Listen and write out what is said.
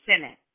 Senate